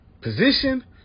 position